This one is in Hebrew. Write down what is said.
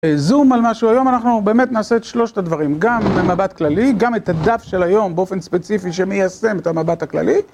זום על משהו, היום אנחנו באמת נעשה את שלושת הדברים, גם במבט כללי, גם את הדף של היום באופן ספציפי, שמיישם את המבט הכללי.